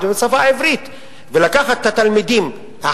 חברי